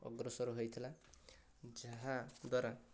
ଅଗ୍ରସର ହୋଇଥିଲା ଯାହା ଦ୍ୱାରା